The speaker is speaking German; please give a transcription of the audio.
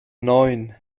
neun